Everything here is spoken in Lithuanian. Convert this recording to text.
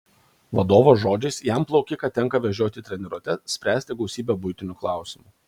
vadovo žodžiais jam plaukiką tenka vežioti į treniruotes spręsti gausybę buitinių klausimų